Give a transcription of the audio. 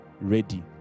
ready